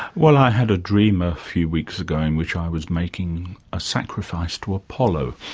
well, i had a dream a few weeks ago in which i was making a sacrifice to apollo.